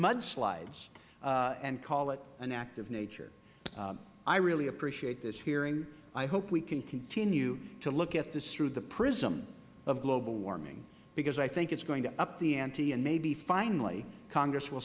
mudslides and calling it an act of nature i really appreciate this hearing i hope we can continue to look at this through the prism of global warming because i think it is going to up the ante and maybe finally congress will